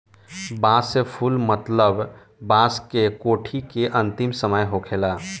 बांस के फुल मतलब बांस के कोठी के अंतिम समय होखेला